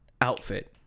outfit